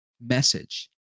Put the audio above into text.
message